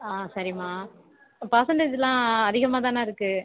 ஆ சரிம்மா பர்சண்ட்டேஜ்ஜி எல்லாம் அதிகமாக தானே இருக்கு